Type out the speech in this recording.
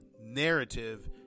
narrative